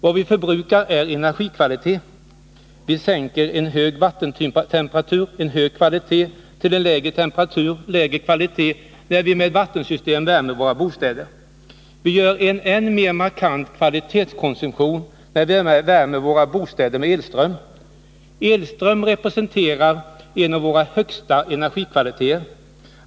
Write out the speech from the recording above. Vad vi förbrukar är energikvalitet. Vi sänker en hög vattentemperatur, dvs. hög kvalitet till en lägre temperatur, lägre kvalitet, när vi med vattensystem värmer våra bostäder. Vi utnyttjar en än mer markant kvalitetskonsumtion när vi värmer våra bostäder med elström. Elström representerar en av våra högsta energikvaliteter.